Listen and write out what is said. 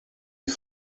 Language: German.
die